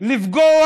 לפגוע